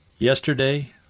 yesterday